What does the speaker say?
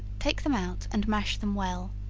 take them out, and mash them well,